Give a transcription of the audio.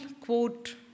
quote